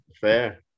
Fair